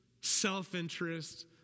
self-interest